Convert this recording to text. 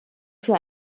für